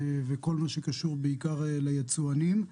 בעיקר לגבי היצואנים?